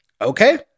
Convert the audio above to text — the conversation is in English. Okay